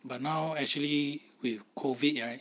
but now actually with COVID right